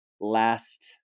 last